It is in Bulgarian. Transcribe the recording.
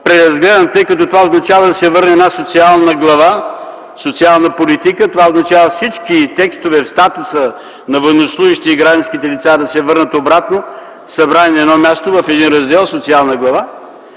преразгледан, тъй като това означава да се върне на социална глава, социална политика. Това означава всички текстове в статуса на военнослужещите и гражданските лица да се върнат обратно, събрани на едно място, в един раздел – социална глава,